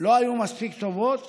לא היו מספיק טובות